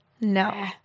No